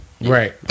Right